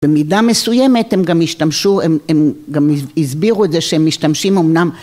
‫במידה מסוימת הם גם השתמשו, ‫הם, הם גם הסבירו את זה שהם משתמשים אומנם...